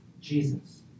Jesus